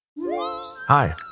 Hi